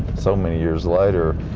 so many years later